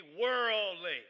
worldly